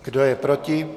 Kdo je proti?